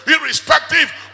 irrespective